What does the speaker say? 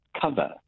cover